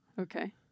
Okay